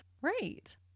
Right